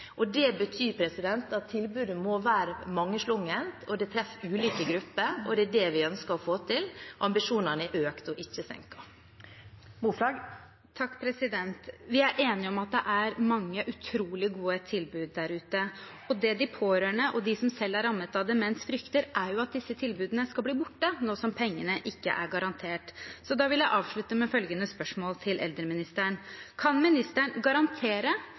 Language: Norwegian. Det betyr at tilbudet må være mangslungent. Det treffer ulike grupper, og det er det vi ønsker å få til. Ambisjonene er økt og ikke senket. Det blir oppfølgingsspørsmål – Tuva Moflag. Vi er enige om at det er mange utrolig gode tilbud der ute, og det de pårørende og de som selv er rammet av demens, frykter, er jo at disse tilbudene skal bli borte nå som pengene ikke er garantert. Så da vil jeg avslutte med følgende spørsmål til eldreministeren: Kan ministeren garantere